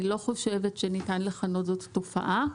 אני לא חושבת שניתן לכנות זאת תופעה.